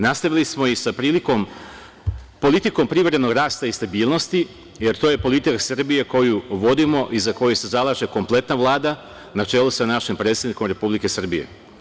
Nastavili smo i sa politikom privrednog rasta i stabilnosti, jer je to je politika Srbije koju vodimo i za koju se zalaže kompletna Vlada na čelu sa našim predsednikom Republike Srbije.